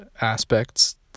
aspects